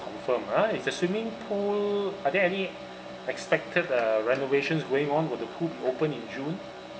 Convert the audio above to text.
confirm ah it's the swimming pool are there any expected uh renovations going on will the pool be open in june